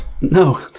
No